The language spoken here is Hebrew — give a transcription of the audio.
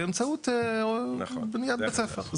באמצעות בניית בית ספר.